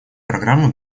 программы